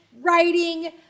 writing